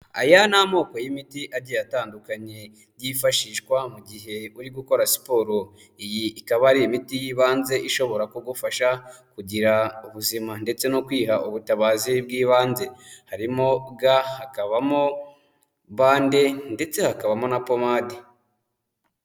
Aya ni amoko y'imiti agiye atandukanye yifashishwa mu gihe uri gukora siporo, iyi ikaba ari imiti y'ibanze ishobora kugufasha kugira ubuzima ndetse no kwiha ubutabazi bw'ibanze. Harimo ga, hakabamo bande ndetse hakabamo na pomade.